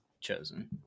chosen